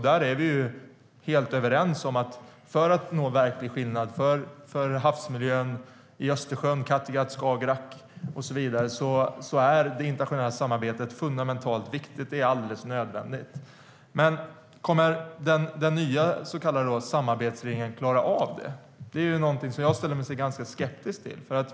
Där är vi helt överens om att för att vi ska nå verklig skillnad för havsmiljön i Östersjön, Kattegatt, Skagerrak och så vidare är det internationella samarbetet fundamentalt viktigt. Det är alldeles nödvändigt. Men kommer den nya så kallade samarbetsregeringen att klara av det? Det är någonting som jag ställer mig ganska skeptisk till.